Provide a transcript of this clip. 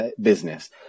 business